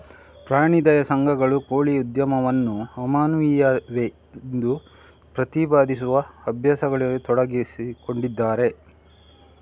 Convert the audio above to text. ಪ್ರಾಣಿ ದಯಾ ಸಂಘಗಳು ಕೋಳಿ ಉದ್ಯಮವನ್ನು ಅಮಾನವೀಯವೆಂದು ಪ್ರತಿಪಾದಿಸುವ ಅಭ್ಯಾಸಗಳಲ್ಲಿ ತೊಡಗಿಸಿಕೊಂಡಿದ್ದಾರೆ